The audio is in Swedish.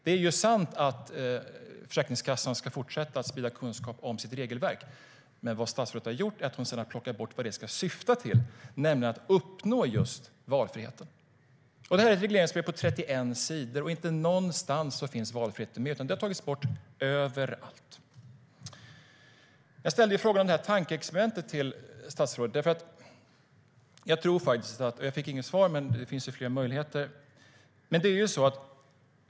Det är sant att Försäkringskassan ska fortsätta sprida kunskap om sitt regelverk, men vad statsrådet har gjort är att plocka bort vad detta ska syfta till, nämligen att uppnå just valfriheten. Jag ställde frågan om tankeexperimentet till statsrådet. Jag fick inget svar, men det finns ju fler möjligheter.